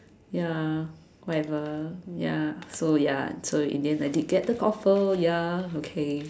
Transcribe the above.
ya whatever ya so ya so in the end I did get the offer ya okay